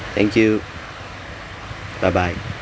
thank you bye bye